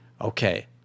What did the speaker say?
Okay